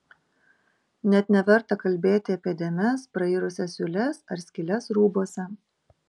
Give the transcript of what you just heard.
net neverta kalbėti apie dėmes prairusias siūles ar skyles rūbuose